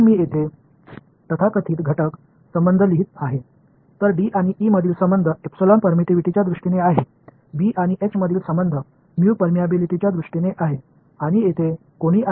எனவேD மற்றும் E இடையேயான உறவு எப்சிலன் பெர்மிட்டிவிட்டி அடிப்படையில் உள்ளது B மற்றும் H இடையேயான உறவு MU ஊடுருவலின் அடிப்படையில் உள்ளது